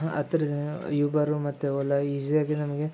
ಹತ್ರ ಯೂಬರು ಮತ್ತು ಓಲ ಈಝಿಯಾಗಿ ನಮಗೆ